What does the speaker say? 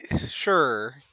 Sure